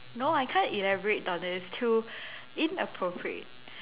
no I can't elaborate on this too inappropriate